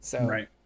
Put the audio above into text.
Right